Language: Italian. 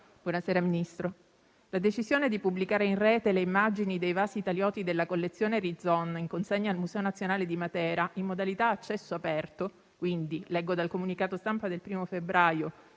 Signor Ministro, la decisione di pubblicare in rete le immagini dei vasi italioti della collezione Rizzon, in consegna al Museo nazionale di Matera in modalità accesso aperto, e quindi - leggo dal comunicato stampa del I febbraio